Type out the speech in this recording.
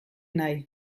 nahi